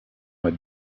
deux